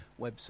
website